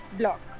block